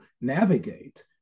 navigate